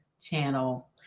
channel